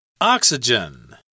oxygen